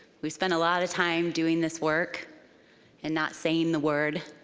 we spend a lotta time doing this work and not saying the word,